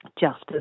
Justice